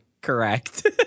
Correct